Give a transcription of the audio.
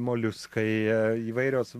moliuskai įvairios